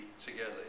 Together